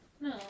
No